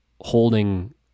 holding